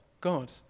God